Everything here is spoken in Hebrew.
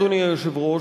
אדוני היושב-ראש,